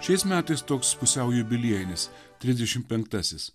šiais metais toks pusiau jubiliejinis trisdešim penktasis